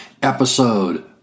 episode